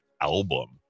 album